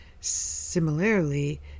Similarly